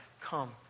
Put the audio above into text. come